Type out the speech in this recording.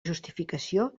justificació